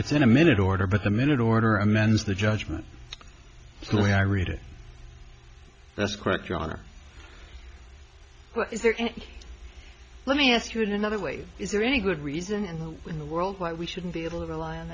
it's in a minute order but the minute order amends the judgment clearly i read it that's correct your honor is there and let me ask you in another way is there any good reason in the world why we shouldn't be able to rely on